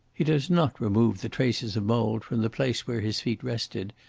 he does not remove the traces of mould from the place where his feet rested,